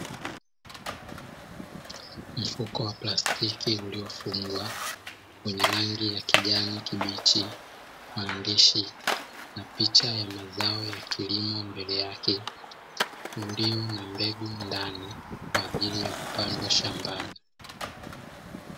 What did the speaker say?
Mfuko wa plastiki uliofungwa, wenye rangi ya kijani kibichi, maandishi na picha ya mazao ya kilimo mbele yake; ulio na mbegu ndani kwa ajili ya kupandwa shambani.